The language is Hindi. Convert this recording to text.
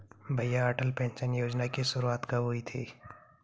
भैया अटल पेंशन योजना की शुरुआत कब हुई थी?